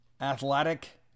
athletic